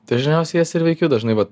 tai dažniausiai jas ir veikiu dažnai vat